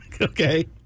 Okay